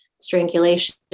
strangulation